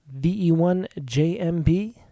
VE1JMB